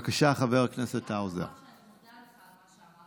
אני רק אומר שאני מודה לך על מה שאמרת.